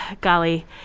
golly